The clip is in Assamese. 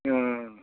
অঁ